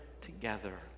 together